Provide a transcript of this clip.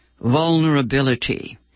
vulnerability